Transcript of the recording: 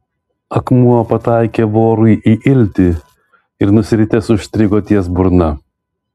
akmuo pataikė vorui į iltį ir nusiritęs užstrigo ties burna